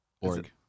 org